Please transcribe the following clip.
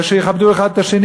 ושיכבדו אחד את השני,